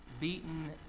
beaten